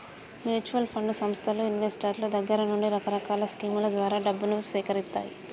mutual fund సంస్థలు ఇన్వెస్టర్ల దగ్గర నుండి రకరకాల స్కీముల ద్వారా డబ్బును సేకరిత్తాయి